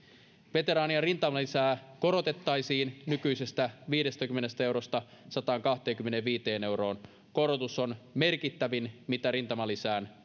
veteraanien rintamalisää korotettaisiin nykyisestä viidestäkymmenestä eurosta sataankahteenkymmeneenviiteen euroon korotus on merkittävin mitä rintamalisään